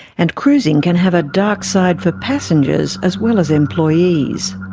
and cruising can have a dark side for passengers as well as employees.